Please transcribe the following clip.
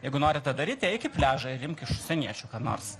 jeigu nori tą daryti eik į pliažą ir imk iš užsieniečių nors